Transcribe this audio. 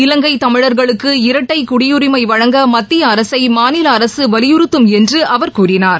இலங்கை தமிழர்களுக்கு இரட்டை குடியுரிமை வழங்க மத்திய அரசை மாநில அரசு வலியுறத்தும் என்று அவர் கூறினார்